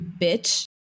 Bitch